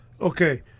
Okay